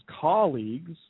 colleagues